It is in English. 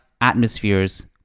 atmospheres